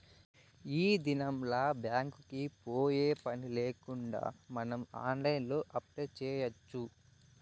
ఈ దినంల్ల బ్యాంక్ కి పోయే పనిలేకుండా మనం ఆన్లైన్లో అప్లై చేయచ్చు